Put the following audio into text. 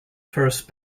first